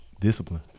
Discipline